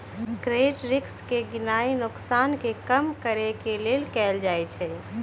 credit risk के गीणनाइ नोकसान के कम करेके लेल कएल जाइ छइ